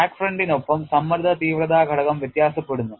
crack ഫ്രണ്ടിനൊപ്പം സമ്മർദ്ദ തീവ്രത ഘടകം വ്യത്യാസപ്പെടുന്നു